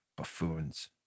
Buffoons